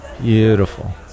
beautiful